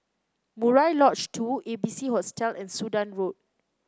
Murai Lodge Two A B C Hostel and Sudan Road